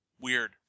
weird